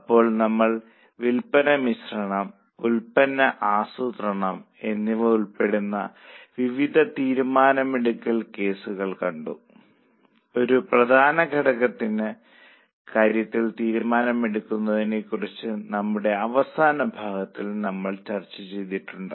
അപ്പോൾ നമ്മൾ വിൽപ്പന മിശ്രണം ഉൽപ്പന്ന ആസൂത്രണം എന്നിവ ഉൾപ്പെടുന്ന വിവിധ തീരുമാനമെടുക്കൽ കേസുകൾ കണ്ടു ഒരു പ്രധാന ഘടകത്തിന്റെ കാര്യത്തിൽ തീരുമാനമെടുക്കുന്നതിനെ കുറിച്ചും നമ്മളുടെ അവസാന ഭാഗത്തിൽ നമ്മൾ ചർച്ച ചെയ്തിട്ടുണ്ട്